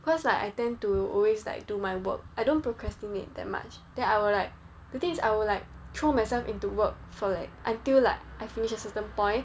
cause like I tend to always like do my work I don't procrastinate that much then I will like the thing is I would like throw myself into work for like until like I finished a certain point